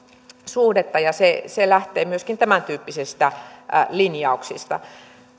suhdetta ja se se lähtee myöskin tämäntyyppisistä linjauksista